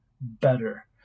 better